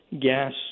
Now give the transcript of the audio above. gas